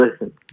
listen